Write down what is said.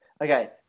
okay